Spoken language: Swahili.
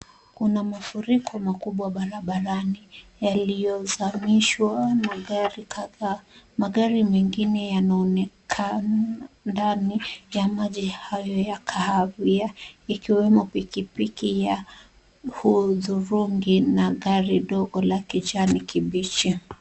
Kuna mafuriko makubwa barabarani yaliyozamisha magari kadhaa. Magari mengine yanaonekana ndani ya maji hayo ya kahawia ikiwemo pikipiki ya hudhurungi na gari dogo la kijani kibichi.